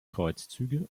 kreuzzüge